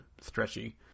stretchy